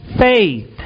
faith